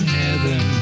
heaven